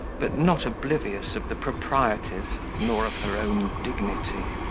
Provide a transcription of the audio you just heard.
but not oblivious of the proprieties, nor of her own dignity.